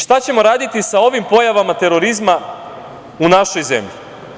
Šta ćemo raditi sa ovim pojavama terorizma u našoj zemlji?